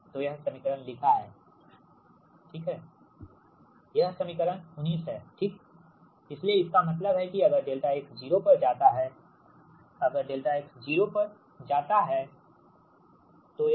तो यह समीकरण लिखा है कि इसका मतलब है Vx∆x V∆x z∆x यह समीकरण 19 है ठीक इसलिए इसका मतलब है कि अगर ∆x 0 पर जाता है अगर ∆x 0 पर जाता है